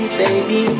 baby